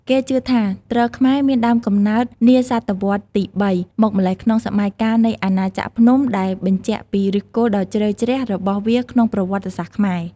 គេជឿថា ទ្រខ្មែរមានដើមកំណើតនាសតវត្សរ៍ទី៣ មកម្ល៉េះក្នុងសម័យកាលនៃអាណាចក្រភ្នំដែលបញ្ជាក់ពីឫសគល់ដ៏ជ្រៅជ្រះរបស់វាក្នុងប្រវត្តិសាស្ត្រខ្មែរ។